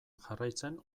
jarraitzen